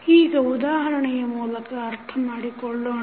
ಈಗ ಉದಾಹರಣೆಯ ಮೂಲಕ ಅರ್ಥ ಮಾಡಿಕೊಳ್ಳೋಣ